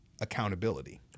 Accountability